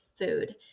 food